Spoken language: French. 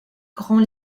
grands